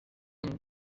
une